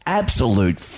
absolute